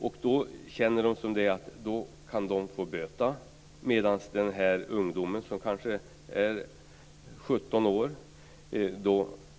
Handlarna känner att de kan få böta, medan den unga personen, som kanske är 17 år,